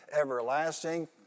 everlasting